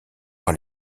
par